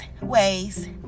ways